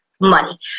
money